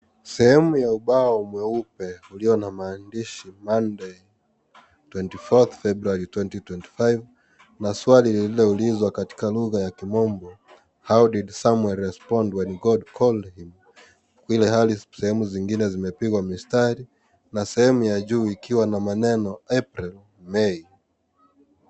Sehemu ya ubao mweupe ulio na maandishi Monday 24 FEBRUARY 2025 ni swali lililoulizwa katika lugha ya kimombo how did Samuel respond when God called him ilhali sehemu zingine zimepigwa mstari na sehemu ya juu ikiwa na maneno April, May